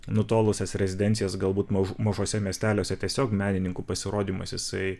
nutolusias rezidencijas galbūt maž mažuose miesteliuose tiesiog menininkų pasirodymuose jisai